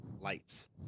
lights